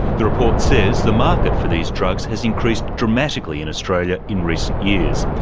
the report says the market for these drugs has increased dramatically in australia in recent years.